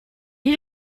you